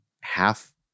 half